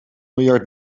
miljard